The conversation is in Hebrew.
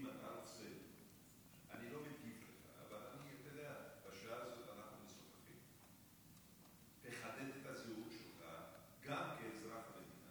לקחת את הדבר הזה ולהפוך אותו לדבר החשוב ביותר ואת שאר הדברים